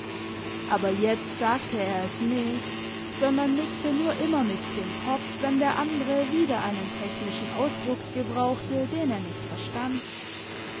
aber jetzt sagte er es nicht sondern nickte nur immer mit dem kopf wenn der andre wieder einen technischen ausdruck gebrauchte den er nicht verstand